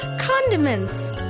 Condiments